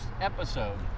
episode